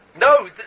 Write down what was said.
No